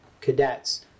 cadets